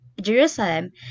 Jerusalem